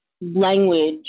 language